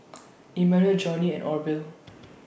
Immanuel Johnny and Orvil